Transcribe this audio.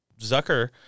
zucker